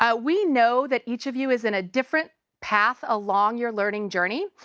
ah we know that each of you is in a different path along your learning journey.